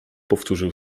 powtórzył